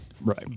Right